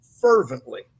fervently